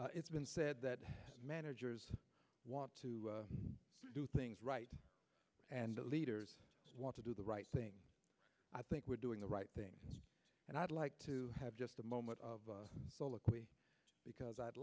it's been said that managers want to do things right and the leaders want to do the right thing i think we're doing the right thing and i'd like to have just a moment of because i'd